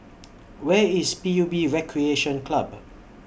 Where IS P U B Recreation Club